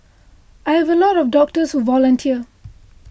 I have a lot of doctors who volunteer